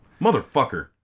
Motherfucker